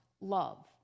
love